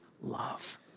love